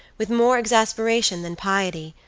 with more exasperation than piety,